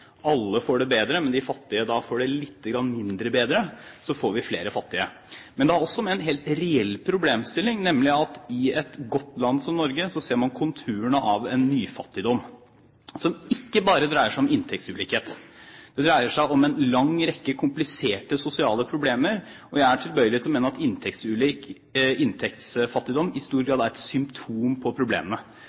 alle får det bedre, mens de fattige får det litt mindre bedre, får vi flere fattige. Men det har også med en helt reell problemstilling å gjøre, nemlig at i et godt land som Norge, ser man konturene av en nyfattigdom, som ikke bare dreier seg om inntektsulikhet. Det dreier seg om en lang rekke kompliserte sosiale problemer. Jeg er tilbøyelig til å mene at inntektsfattigdom i stor grad er et symptom på